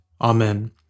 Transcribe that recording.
Amen